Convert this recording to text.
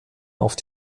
auf